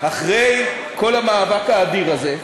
לאחרונה הערה בנושא,